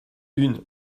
une